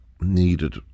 needed